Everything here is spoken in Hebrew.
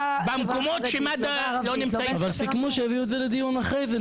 במקומות שמד"א לא נמצאים --- אבל סיכמו שיביאו את זה לדיון אחרי זה,